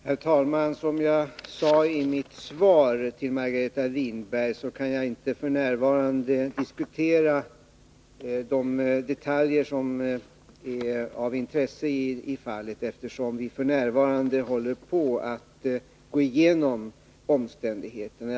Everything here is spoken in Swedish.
Herr talman! Som jag sade i mitt svar till Margareta Winberg kan jag f. n. inte diskutera de detaljer som är av intresse i fallet, eftersom vi just nu håller på och går igenom omständigheterna.